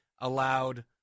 allowed